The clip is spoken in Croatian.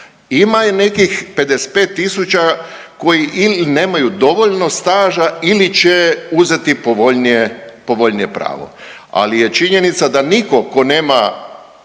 ima i nekih 55.000 koji ili nemaju dovoljno staža ili će uzeti povoljnije pravo, ali je činjenica da nitko tko nema